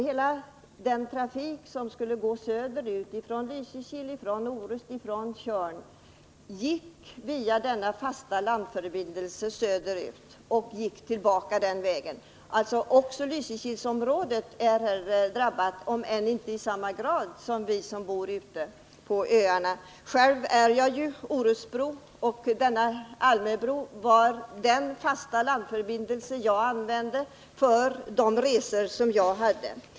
All den trafik som gick söderut från Lysekil, från Orust och från Tjörn gick alltså via denna fasta landförbindelse och tillbaka samma väg. Även invånarna i Lysekilsområdet är således drabbade — om än inte i samma grad som vi som bor ute på öarna. Själv är jag orustbo, och Almöbron var den fasta landförbindelse jag använde vid mina resor.